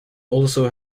also